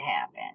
happen